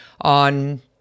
on